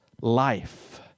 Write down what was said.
life